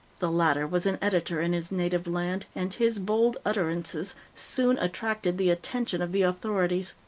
the latter was an editor in his native land, and his bold utterances soon attracted the attention of the authorities.